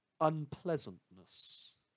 unpleasantness